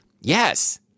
yes